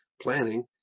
planning